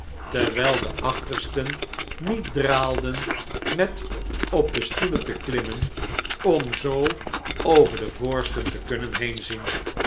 terwijl de achtersten niet draalden met op de stoelen te klimmen om zoo over de voorsten te kunnen heenzien